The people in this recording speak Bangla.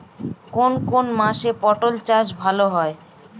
কোন কোন মাসে পাট চাষ ভালো হয়?